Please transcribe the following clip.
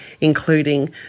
including